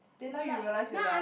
then now you realise you're dumb